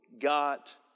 got